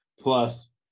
plus